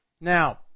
Now